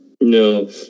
no